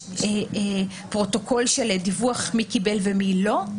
יש פרוטוקול של דיווח מי קיבל ומי לא?